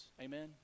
Amen